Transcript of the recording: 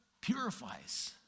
purifies